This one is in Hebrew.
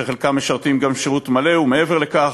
וחלקם משרתים גם שירות מלא ומעבר לכך,